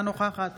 אינה נוכחת